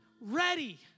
ready